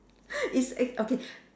it's i~ okay